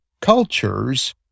cultures